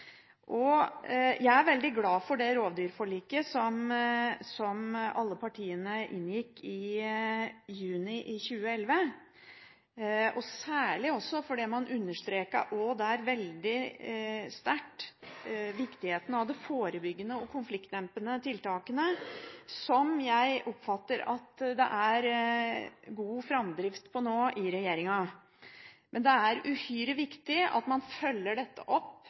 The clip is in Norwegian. Jeg er veldig glad for det rovdyrforliket som alle partiene inngikk i juni i 2011, særlig fordi man veldig sterkt understreket viktigheten av de forebyggende og konfliktdempende tiltakene, som jeg oppfatter at det nå er god framdrift på i regjeringen. Men det er uhyre viktig at man følger dette opp